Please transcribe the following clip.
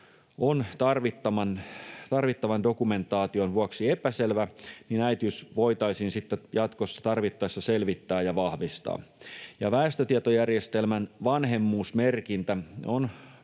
on tarvittavan dokumentaation vuoksi epäselvä, voitaisiin äitiys sitten jatkossa tarvittaessa selvittää ja vahvistaa. Väestötietojärjestelmän vanhemmuusmerkintä on